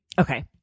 Okay